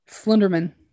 Slenderman